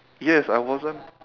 yes I wasn't